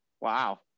Wow